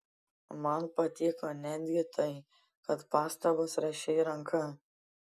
man patiko netgi tai kad pastabas rašei ranka